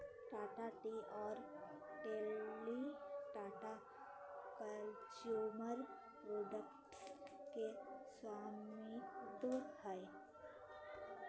Tata tea और Tetley Tata consumer products के स्वामित्व हकय